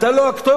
אתה לא הכתובת.